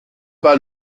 pas